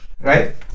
right